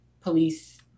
police